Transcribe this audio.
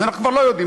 אז אנחנו לא יודעים.